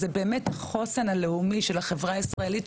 הוא באמת החוסן הלאומי של החברה הישראלית,